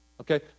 Okay